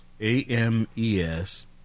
A-M-E-S